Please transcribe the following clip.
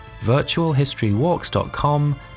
virtualhistorywalks.com